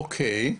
ולכן,